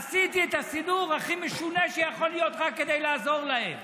עשיתי את הסידור הכי משונה שיכול להיות רק כדי לעזור להן